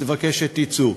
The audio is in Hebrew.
אבקש שתצאו.